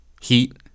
Heat